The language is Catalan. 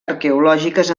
arqueològiques